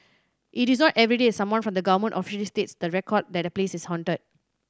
it is not everyday that someone from the government officially states the record that a place is haunted